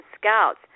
scouts